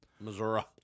Missouri